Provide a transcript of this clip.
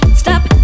stop